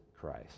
Christ